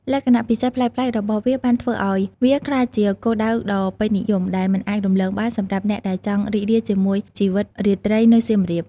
លក្ខណៈពិសេសប្លែកៗរបស់វាបានធ្វើឲ្យវាក្លាយជាគោលដៅដ៏ពេញនិយម ដែលមិនអាចរំលងបានសម្រាប់អ្នកដែលចង់រីករាយជាមួយជីវិតរាត្រីនៅសៀមរាប។